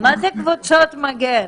קבוצות מגן?